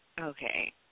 Okay